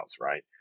right